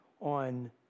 on